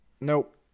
Nope